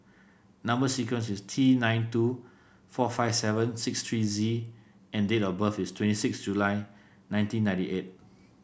number sequence is T nine two four five seven six three Z and date of birth is twenty six July nineteen ninety eight